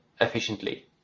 efficiently